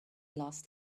last